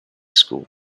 school